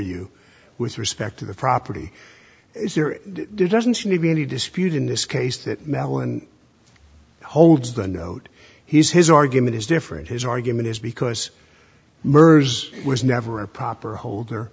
you with respect to the property is there doesn't seem to be any dispute in this case that mel and holds the note he's his argument is different his argument is because murders was never a proper holder